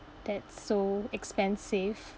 that's so expensive